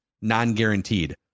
non-guaranteed